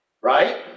right